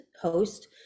host